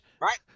right